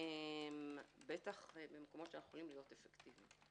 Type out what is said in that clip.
בטח למקומות שאנחנו יכולים להיות אפקטיביים.